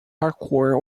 hardcore